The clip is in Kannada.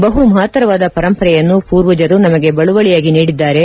ಬಹು ಮಹತ್ತರವಾದ ಪರಂಪರೆಯನ್ನು ಪೂರ್ವಜರು ನಮಗೆ ಬಳುವಳಿಯಾಗಿ ನೀಡಿದ್ದಾರೆ